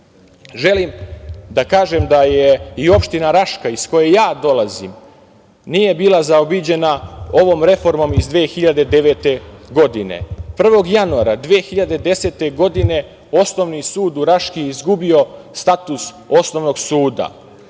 evra. Želim da kažem da i opština Raška iz koje ja dolazim nije bila zaobiđena ovom reformom iz 2009. godine. Prvog januara 2010. godine Osnovni sud u Raškoj je izgubio status osnovnog suda,